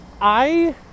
I-